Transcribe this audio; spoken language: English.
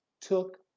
took